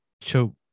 Choke